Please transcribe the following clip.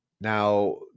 now